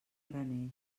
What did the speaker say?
graner